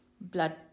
Blood